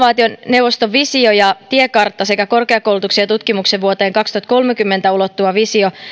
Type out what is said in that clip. ja innovaationeuvoston visio ja tiekartta sekä korkeakoulutuksen ja tutkimuksen vuoteen kaksituhattakolmekymmentä ulottuva visio